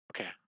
Okay